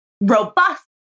robust